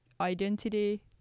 identity